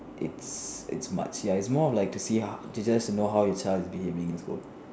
it's it's much ya it's more of like to see how to just to know how your child is behaving in school